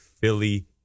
Philly